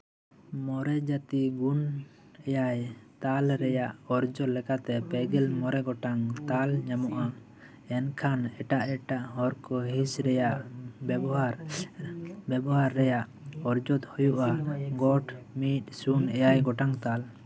ᱢᱚᱬᱮ ᱡᱟᱹᱛᱤ ᱜᱩᱱ ᱮᱭᱟᱭ ᱛᱟᱞ ᱨᱮᱭᱟᱜ ᱚᱨᱡᱚ ᱞᱮᱠᱟᱛᱮ ᱯᱮ ᱜᱮᱞ ᱢᱚᱬᱮ ᱜᱚᱴᱟᱝ ᱛᱟᱞ ᱧᱟᱢᱚᱜᱼᱟ ᱮᱱᱠᱷᱟᱱ ᱮᱴᱟᱜ ᱮᱴᱟᱜ ᱦᱚᱲ ᱠᱚ ᱦᱤᱸᱥ ᱨᱮᱭᱟᱜ ᱵᱮᱵᱚᱦᱟᱨ ᱵᱮᱵᱚᱦᱟᱨ ᱨᱮᱭᱟᱜ ᱚᱨᱡᱚ ᱫᱚ ᱦᱩᱭᱩᱜᱼᱟ ᱜᱚᱴ ᱢᱤᱫ ᱥᱩᱱ ᱮᱭᱟᱭ ᱜᱚᱴᱟᱝ ᱛᱟᱞ